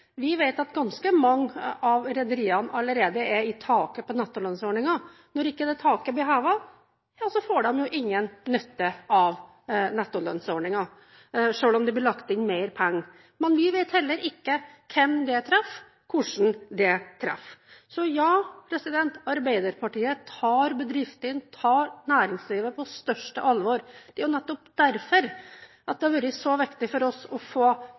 Vi vet at ganske mange av rederiene allerede har nådd taket i nettolønnsordningen. Når ikke det taket blir hevet, ja, så får de jo ingen nytte av nettolønnsordningen – selv om det blir lagt inn mer penger. Men vi vet heller ikke hvem det treffer, og hvordan det treffer. Så ja: Arbeiderpartiet tar bedriftene, næringslivet, på største alvor, og det er nettopp derfor det har vært så viktig for oss å få